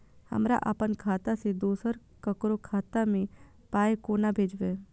हमरा आपन खाता से दोसर ककरो खाता मे पाय कोना भेजबै?